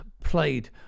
played